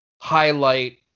highlight